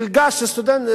מלגה של סטודנט,